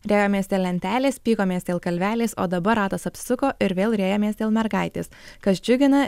riejomės dėl lentelės pykomės dėl kalvelės o dabar ratas apsisuko ir vėl riejamės dėl mergaitės kas džiugina